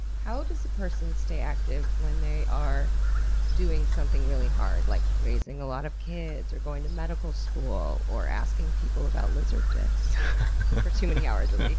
how does a person stay active when they are doing something really hard, like raising a lot of kids, or going to medical school, or asking people about lizard dicks for too many hours a week?